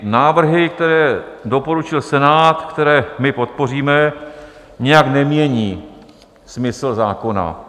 Návrhy, které doporučil Senát, které my podpoříme, nijak nemění smysl zákona.